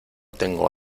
tengo